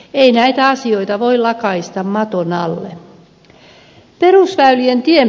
ei näitä asioita voi lakaista maton alle